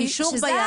אישור ביד.